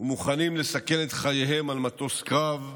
ומוכנים לסכן את חייהם על מטוס קרב,